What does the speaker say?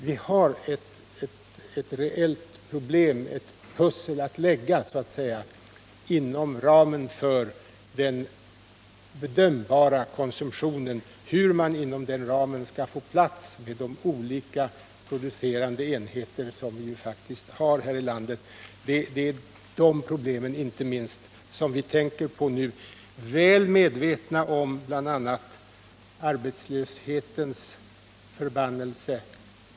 Vi har att så att säga lägga ett pussel när det gäller att inom den bedömbara konsumtionen få plats med de olika producerande enheter som vi faktiskt har här i landet. Det är inte minst dessa problem som vi f.n. tänker på, väl medvetna om bl.a. arbetslöshetens förbannelse.